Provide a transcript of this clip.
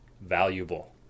valuable